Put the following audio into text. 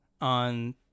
on